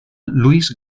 luis